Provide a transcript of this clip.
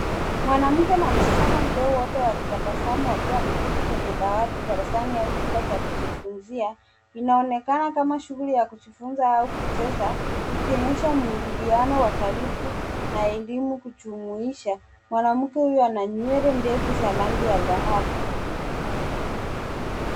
Mwanamke na msichana mdogo wote wakitabasamu wakiwa wameketi kwenye dawati darasani au chumba cha kujifunzia. Inaonekana kama shughuli ya kujifunza au kucheza ikionyesha mwingiliano wa karibu na elimu kujumuisha. Mwanamke huyu ana nywele ndefu za rangi ya dhahabu.